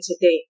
today